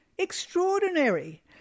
Extraordinary